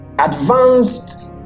advanced